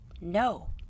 no